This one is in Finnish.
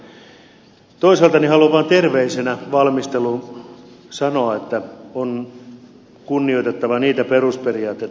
mutta toisaalta haluan vaan terveisinä valmisteluun sanoa että on kunnioitettava perusperiaatteita